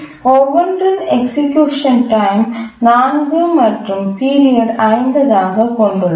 ஒவ்வொன்றின் execution time 4 மற்றும் period 50 ஆக கொண்டுள்ளது